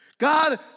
God